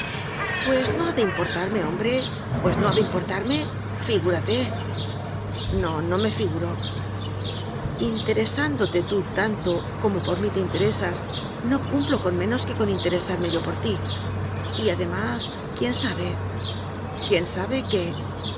pues no ha de importarme hombre pues no ha de importarme figúrate no no me figuro interesándote tú tanto como por mí te interesas no cumplo con menos que con in teresarme yo por ti y además quién sabe quién sabe qué